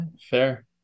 Fair